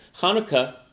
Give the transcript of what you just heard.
Hanukkah